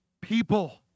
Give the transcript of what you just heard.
people